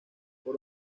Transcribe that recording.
por